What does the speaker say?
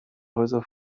häuser